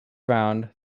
round